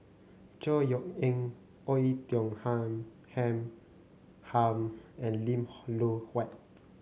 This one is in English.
Chor Yeok Eng Oei Tiong Ham Ham and Lim Loh Huat